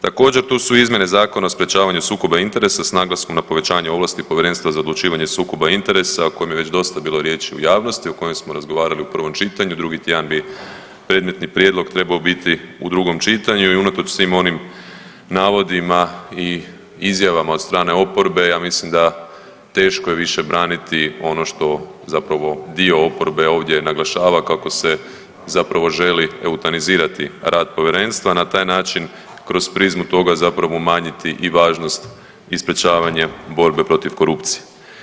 Također tu su i izmjene Zakona o sprječavanju sukoba interesa s naglaskom na povećanje ovlasti Povjerenstva za odlučivanje sukoba interesa, o kojem je već dosta bilo riječi u javnosti, o kojem smo razgovarali u prvom čitanju, drugi tjedan bi predmetni prijedlog trebao biti u drugom čitanju i unatoč svim onim navodima i izjavama od strane oporbe ja mislim da teško je više braniti ono što zapravo dio oporbe ovdje naglašava kako se zapravo želi eutanazirati rad povjerenstva, na taj način kroz prizmu toga zapravo umanjiti i važnost i sprječavanje borbe protiv korupcije.